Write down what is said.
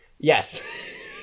Yes